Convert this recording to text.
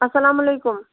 اَلسَلامُ علیکُم